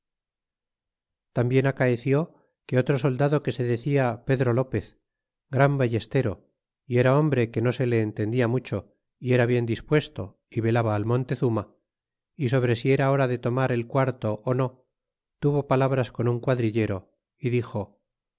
tambien acaeció que otro soldado que se decia pedro lopez gran ballestero y era hombre que no se le entendia mucho y era bien dispuesto y velaba al montezuma y sobre si era hora de tomar el quarto ú no tuvo palabras con un quadrillero y dixo